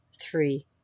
three